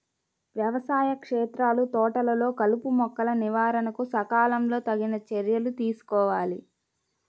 వ్యవసాయ క్షేత్రాలు, తోటలలో కలుపుమొక్కల నివారణకు సకాలంలో తగిన చర్యలు తీసుకోవాలి